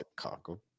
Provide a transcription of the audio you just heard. Chicago